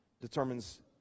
determines